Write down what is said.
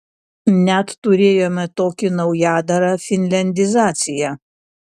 net turėjome tokį naujadarą finliandizacija